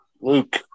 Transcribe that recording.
Luke